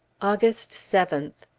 august seventh.